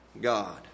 God